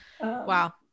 Wow